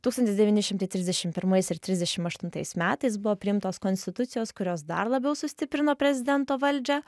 tūkstantis devyni šimtai trisdešimt pirmais ir trisdešimt aštuntais metais buvo priimtos konstitucijos kurios dar labiau sustiprino prezidento valdžią